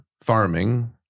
farming